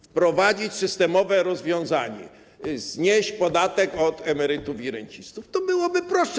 Wprowadzić systemowe rozwiązanie, znieść podatek od emerytów i rencistów, to byłoby prostsze.